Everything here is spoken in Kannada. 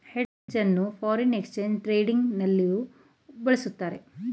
ಹೆಡ್ಜ್ ಅನ್ನು ಫಾರಿನ್ ಎಕ್ಸ್ಚೇಂಜ್ ಟ್ರೇಡಿಂಗ್ ನಲ್ಲಿಯೂ ಬಳಸುತ್ತಾರೆ